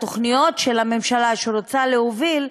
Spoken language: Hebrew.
התוכניות שהממשלה רוצה להוביל,